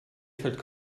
krefeld